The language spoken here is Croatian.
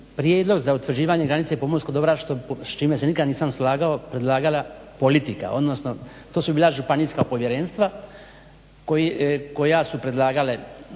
prijedlog za utvrđivanje granice pomorskog dobra s čime se nikad nisam slagao predlagala politika, odnosno to su bila županijska povjerenstva koja su predlagala